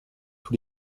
tous